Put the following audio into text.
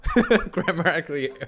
grammatically